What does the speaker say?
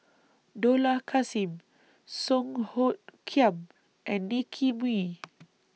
Dollah Kassim Song Hoot Kiam and Nicky Moey